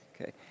Okay